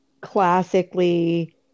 classically